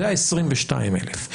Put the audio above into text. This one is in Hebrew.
זה ה-22,000.